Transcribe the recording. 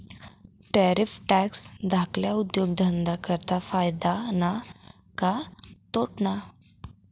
Tariff tax धाकल्ला उद्योगधंदा करता फायदा ना का तोटाना?